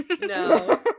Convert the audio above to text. No